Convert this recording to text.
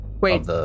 Wait